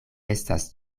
estas